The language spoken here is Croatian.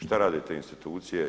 Šta rade te institucije?